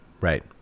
right